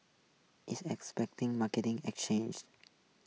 is expecting market exchanged